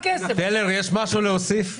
טלר, יש משהו להוסיף?